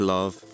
Love